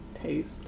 taste